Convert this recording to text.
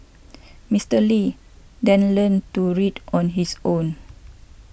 Mister Lee then learnt to read on his own